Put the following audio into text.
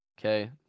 okay